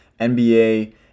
NBA